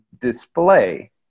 display